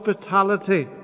hospitality